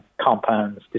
compounds